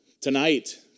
tonight